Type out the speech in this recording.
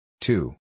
Two